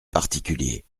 particuliers